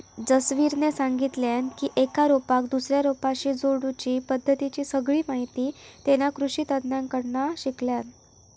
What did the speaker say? जसवीरने सांगितल्यान की एका रोपाक दुसऱ्या रोपाशी जोडुची पद्धतीची सगळी माहिती तेना कृषि तज्ञांकडना शिकल्यान